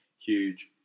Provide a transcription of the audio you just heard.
huge